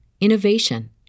innovation